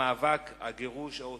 המאבק, הגירוש, האוטובוסים,